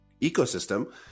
ecosystem